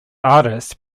artists